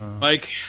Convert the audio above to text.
Mike